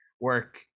work